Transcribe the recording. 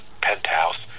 penthouse